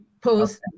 post